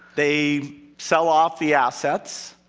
they sell off the assets.